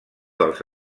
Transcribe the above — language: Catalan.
dels